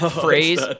phrase